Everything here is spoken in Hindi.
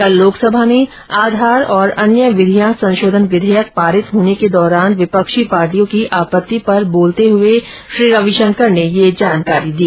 कल लोकसभा में आधार और अन्य विधियां संशोधन विधेयक पारित होने के दौरान विपक्षी पार्टियों की आपत्ति पर बोलते हुए श्री रविशंकर ने यह जानकारी दी